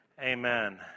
amen